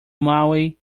maui